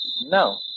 no